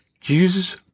Jesus